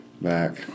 back